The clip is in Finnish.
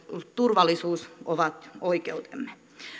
turvallisuus ovat oikeutemme